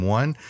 one